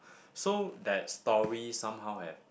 so that story somehow have